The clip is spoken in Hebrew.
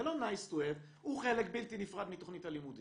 זה לא nice to have הוא חלק בלתי נפרד מתוכנית הלימודים,